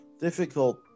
difficult